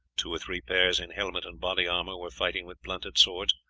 two or three pairs in helmet and body-armour were fighting with blunted swords,